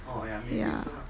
ya